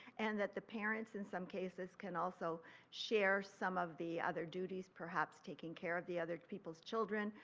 and that the parents in some cases can also share some of the other duties perhaps, taking care of the other people's children,